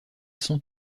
sans